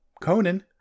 Conan